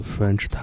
French